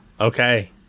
Okay